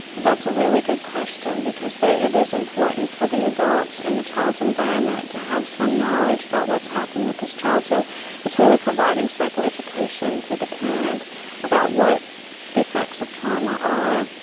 that's a really good question because it is important for the adults and the child's environment to have some knowledge about what's happened with this child. so it's really providing psycho education to the parent about what the effects of trauma are,